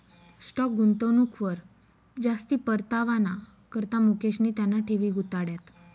stock गुंतवणूकवर जास्ती परतावाना करता मुकेशनी त्याना ठेवी गुताड्यात